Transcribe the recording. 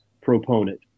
proponent